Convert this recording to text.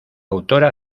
autora